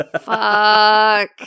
Fuck